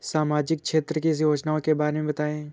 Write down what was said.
सामाजिक क्षेत्र की योजनाओं के बारे में बताएँ?